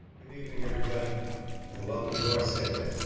good evening everybody and welcome to our seder.